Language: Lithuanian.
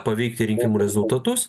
paveikti rinkimų rezultatus